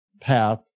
path